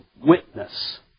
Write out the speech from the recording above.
witness